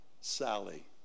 Sally